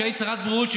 כשהיית שרת הבריאות,